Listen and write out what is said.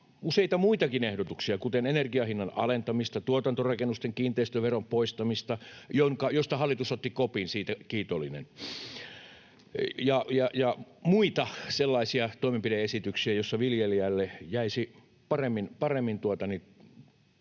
useita muitakin ehdotuksia, kuten energian hinnan alentamista, tuotantorakennusten kiinteistöveron poistamista, josta hallitus otti kopin — olen siitä kiitollinen — ja muita sellaisia toimenpide-esityksiä, joissa viljelijälle jäisi paremmin